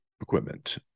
equipment